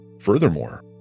Furthermore